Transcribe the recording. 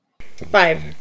Five